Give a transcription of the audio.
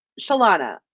Shalana